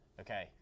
okay